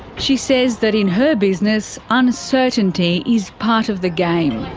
she says that in her business uncertainty is part of the game.